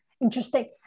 Interesting